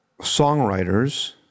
songwriters